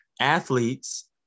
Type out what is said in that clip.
athletes